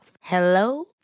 Hello